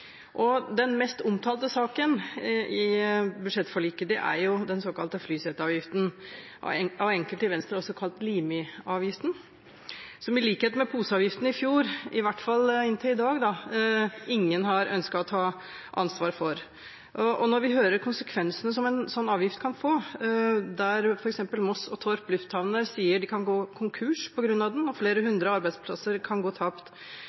prioriteringer. Den mest omtalte saken i budsjettforliket er den såkalte flyseteavgiften, av enkelte i Venstre også kalt Limi-avgiften, som i likhet med poseavgiften i fjor – i hvert fall inntil i dag – ingen har ønsket å ta ansvar for. Når vi hører konsekvensene som en sånn avgift kan få – der f.eks. Moss og Torp lufthavner sier de kan gå konkurs på grunn av den, og flere hundre arbeidsplasser kan gå tapt